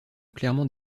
clairement